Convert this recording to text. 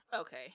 Okay